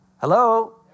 Hello